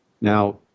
Now